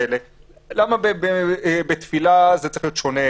למה בתפילה זה צריך להיות שונה,